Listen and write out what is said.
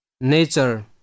Nature